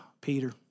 Peter